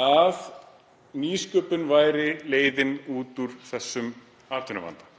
að nýsköpun væri leiðin út úr þessum atvinnuvanda.